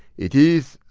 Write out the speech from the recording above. it is,